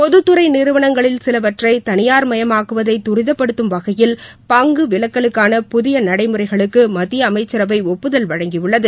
பொதுத்துறை நிறுவனங்களில் சிலவற்றை தனியார்மயமாக்குவதை துரிதப்படுத்தும் வகையில் பங்கு விலக்கலுக்கான புதிய நடைமுறைகளுக்கு மத்திய அமைச்சரவை ஒப்புதல் வழங்கியுள்ளது